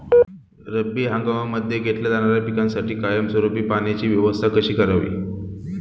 रब्बी हंगामामध्ये घेतल्या जाणाऱ्या पिकांसाठी कायमस्वरूपी पाण्याची व्यवस्था कशी करावी?